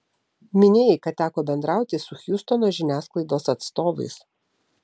minėjai kad teko bendrauti su hjustono žiniasklaidos atstovais